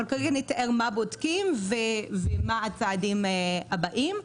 קודם נתאר מה בודקים ומה הצעדים הבאים.